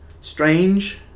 strange